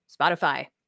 Spotify